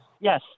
Yes